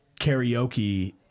karaoke